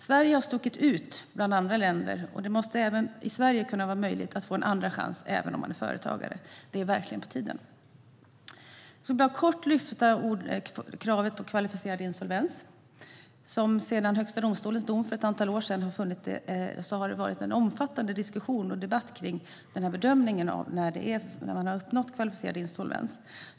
Sverige har stuckit ut bland andra länder, och det måste även i Sverige vara möjligt att få en andra chans även om man är företagare. Det är verkligen på tiden. Jag vill kort lyfta upp frågan om bedömningen av kravet på kvalificerad insolvens. Sedan Högsta domstolens dom för ett antal år sedan har det varit en omfattande diskussion och debatt om bedömningen av när man har uppnått kvalificerad insolvens.